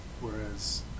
whereas